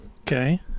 Okay